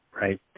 right